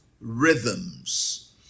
rhythms